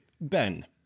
Ben